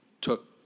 took